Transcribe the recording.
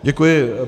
Děkuji.